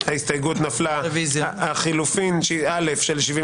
זה היה נורבגי ישראלי, מזרח-תיכוני, שבדי